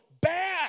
bad